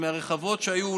מהרחבות שהיו,